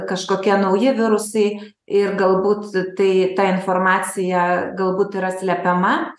kažkokie nauji virusai ir galbūt tai ta informacija galbūt yra slepiama